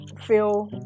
feel